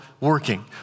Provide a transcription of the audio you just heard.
working